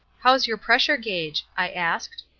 how's your pressure gauge i asked.